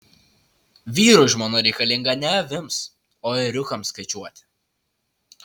vyrui žmona reikalinga ne avims o ėriukams skaičiuoti